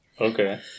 Okay